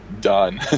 done